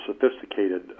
sophisticated